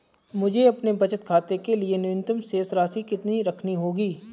मुझे अपने बचत खाते के लिए न्यूनतम शेष राशि कितनी रखनी होगी?